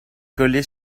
collées